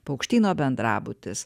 paukštyno bendrabutis